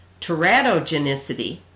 teratogenicity